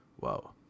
Wow